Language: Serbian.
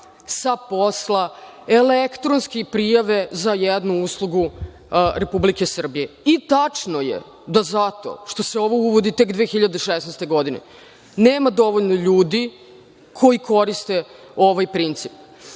sa posla elektronski prijave za jednu uslugu Republike Srbije. Tačno je da zato što se ovo uvodi tek 2016. godine nema dovoljno ljudi koji koriste ovaj princip,